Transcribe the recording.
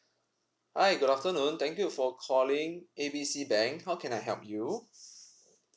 hi good afternoon thank you for calling A B C bank how can I help you